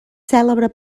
cèlebre